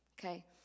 okay